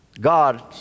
God